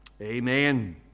Amen